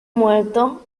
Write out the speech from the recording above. muerto